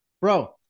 bro